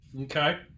Okay